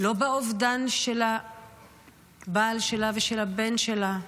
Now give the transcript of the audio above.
לא באובדן של הבעל שלה ושל הבן שלה,